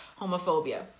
homophobia